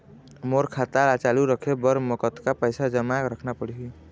मोर खाता ला चालू रखे बर म कतका पैसा जमा रखना पड़ही?